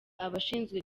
abashinzwe